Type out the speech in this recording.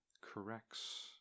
corrects